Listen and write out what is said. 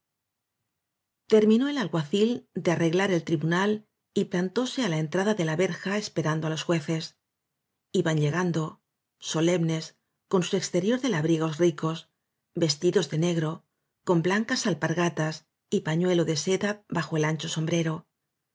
terminó el alguacil de arreglar el tribunal y plantóse á la entrada de la verja esperando á los jueces iban llegando solemnes con su exterior de labriegos ricos vestidos de negro con blancas alpargatas y pañuelo de seda bajo el ancho sombrero